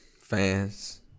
fans